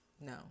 No